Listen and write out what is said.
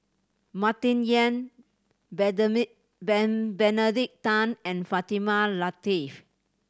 Martin Yan Benedict Tan and Fatimah Lateef